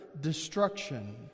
destruction